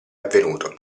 avvenuto